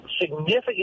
significant